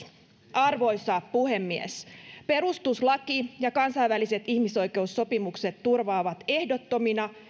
arvoisa puhemies perustuslaki ja kansainväliset ihmisoikeussopimukset turvaavat ehdottomina